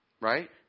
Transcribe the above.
right